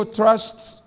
trusts